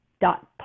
dot